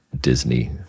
Disney